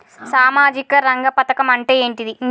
సామాజిక రంగ పథకం అంటే ఏంటిది?